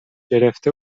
گرفته